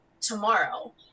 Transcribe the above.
tomorrow